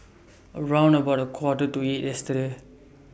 around about A Quarter to eight yesterday